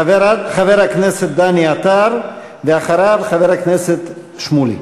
חבר הכנסת דני עטר, ואחריו, חבר הכנסת שמולי.